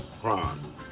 crime